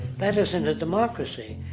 that isn't a democracy.